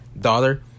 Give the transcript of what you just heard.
daughter